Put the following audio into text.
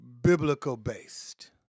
Biblical-based